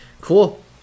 Cool